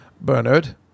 Bernard